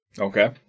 okay